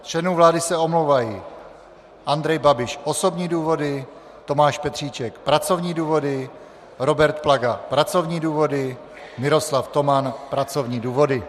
Z členů vlády se omlouvají: Andrej Babiš osobní důvody, Tomáš Petříček pracovní důvody, Robert Plaga pracovní důvody, Miroslav Toman pracovní důvody.